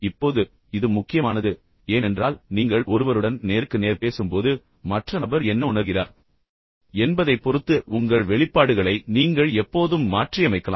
இப்போது இது முக்கியமானது ஏனென்றால் நீங்கள் ஒருவருடன் நேருக்கு நேர் பேசும்போது மற்ற நபர் என்ன உணர்கிறார் என்பதைப் பொறுத்து உங்கள் வெளிப்பாடுகளை நீங்கள் எப்போதும் மாற்றியமைக்கலாம்